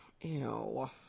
Ew